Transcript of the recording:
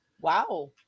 wow